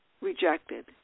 rejected